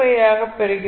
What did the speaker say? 25 ஆக பெறுகிறோம்